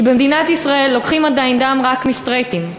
כי במדינת ישראל עדיין לוקחים דם רק מסטרייטים.